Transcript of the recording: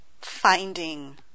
finding